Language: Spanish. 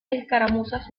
escaramuzas